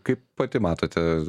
kaip pati matote